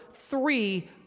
three